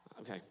Okay